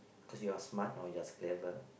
cause you are smart know you are clever